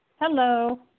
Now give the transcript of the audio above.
Hello